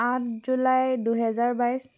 আঠ জুলাই দুহেজাৰ বাইছ